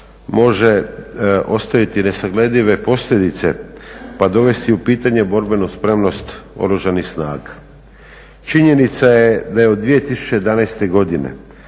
može ostaviti nesagledive posljedice pa dovesti u pitanje borbenu spremnost oružanih snaga. Činjenica je da je od 2011. godine